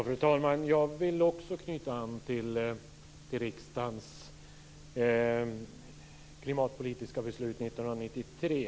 Fru talman! Jag vill också knyta an till riksdagens klimatpolitiska beslut 1993.